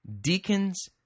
deacons